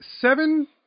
seven